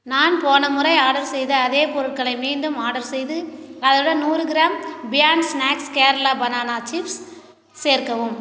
நான் போன முறை ஆர்டர் செய்த அதே பொருட்களை மீண்டும் ஆர்டர் செய்து அதனுடன் நூறு gram beyond snacks Kerala banana chips சேர்க்கவும்